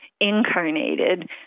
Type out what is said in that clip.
incarnated